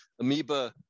Amoeba